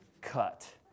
Cut